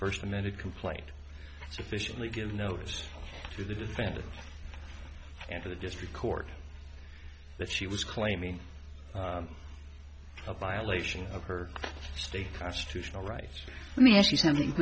first amended complaint sufficiently give notice to the defendant and to the district court that she was claiming a violation of her state constitutional rights let me ask you something